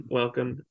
welcome